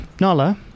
Nala